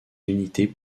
unités